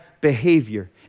behavior